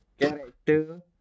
character